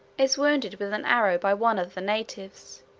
is wounded with an arrow by one of the natives.